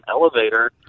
elevator